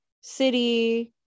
city